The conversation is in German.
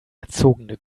erzogene